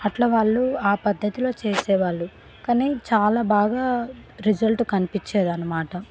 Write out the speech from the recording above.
అట్లా వాళ్ళు ఆ పద్ధతిలో చేసేవాళ్ళు కానీ చాలా బాగా రిజల్ట్ కనిపిచ్చేదన్నమాట